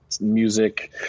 music